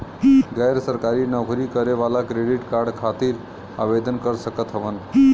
गैर सरकारी नौकरी करें वाला क्रेडिट कार्ड खातिर आवेदन कर सकत हवन?